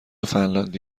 فنلاندی